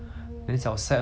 blur sotong lor